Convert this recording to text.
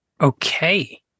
Okay